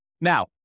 Now